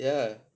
ya